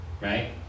right